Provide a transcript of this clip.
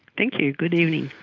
thank you, good evening.